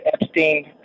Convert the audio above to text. Epstein